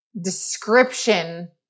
description